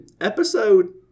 episode